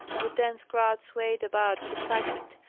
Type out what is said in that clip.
and the dense crowd swayed about with excitement.